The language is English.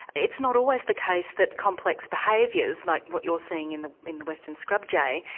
it's not always the case that complex behaviours, like what you're seeing in the in the western scrub jay,